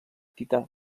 tità